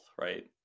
right